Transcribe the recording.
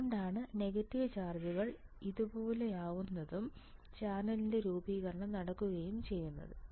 അതുകൊണ്ടാണ് നെഗറ്റീവ് ചാർജുകൾ ഇതുപോലെയാകുകയും ചാനലിന്റെ രൂപീകരണം നടക്കുകയും ചെയ്യുന്നത്